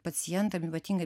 pacientam ypatingai